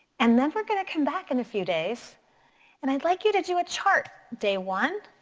and then we're gonna come back in a few days and i'd like you to do a chart. day one,